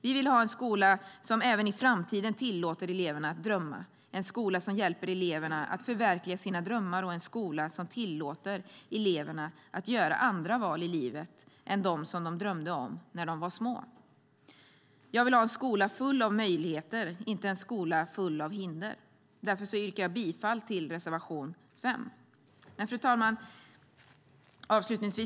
Vi vill ha en skola som även i framtiden tillåter eleverna att drömma, en skola som hjälper eleverna att förverkliga sina drömmar och en skola som tillåter eleverna att göra andra val i livet än dem som de drömde om när de var små. Jag vill ha en skola full av möjligheter, inte en skola full av hinder. Därför yrkar jag bifall till reservation 5. Fru talman!